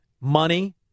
money